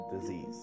disease